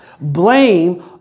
Blame